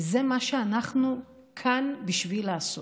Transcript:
וזה מה שאנחנו כאן בשביל לעשות.